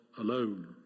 alone